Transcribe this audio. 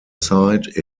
site